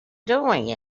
doing